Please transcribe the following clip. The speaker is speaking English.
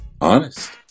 honest